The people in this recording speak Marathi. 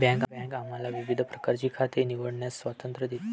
बँक आम्हाला विविध प्रकारची खाती निवडण्याचे स्वातंत्र्य देते